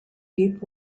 deep